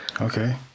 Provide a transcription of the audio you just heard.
Okay